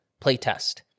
playtest